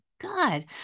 God